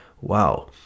Wow